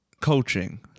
coaching